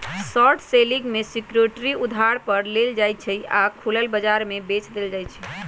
short selling में security उधार पर लेल जाइ छइ आऽ खुलल बजार में बेच देल जाइ छइ